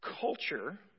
Culture